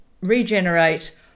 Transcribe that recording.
regenerate